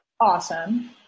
Awesome